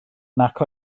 nac